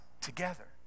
together